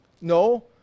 no